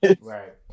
right